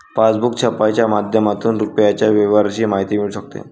passbook छपाईच्या माध्यमातून रुपयाच्या व्यवहाराची माहिती मिळू शकते